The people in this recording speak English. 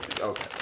okay